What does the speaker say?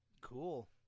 Cool